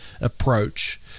approach